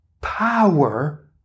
Power